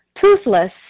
toothless